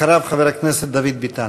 אחריו, חבר הכנסת דוד ביטן.